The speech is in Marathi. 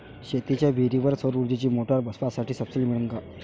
शेतीच्या विहीरीवर सौर ऊर्जेची मोटार बसवासाठी सबसीडी मिळन का?